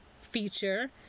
feature